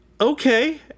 Okay